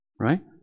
right